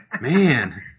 man